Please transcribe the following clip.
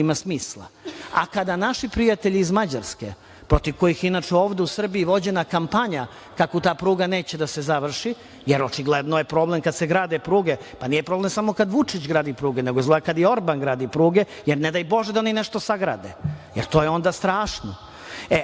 ima smisla. Kada naši prijatelji iz Mađarske, protiv kojih je inače ovde u Srbiji vođena kampanja kako ta pruga neće da se završi, jer očigledno je problem kada se grade pruge… Pa, nije problem samo kada Vučić gradi pruge, nego zlo je kada i Orban gradi pruge, jer ne daj Bože da oni nešto sagrade jer to je onda strašno.